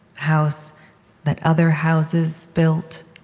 house that other houses built.